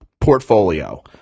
portfolio